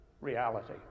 reality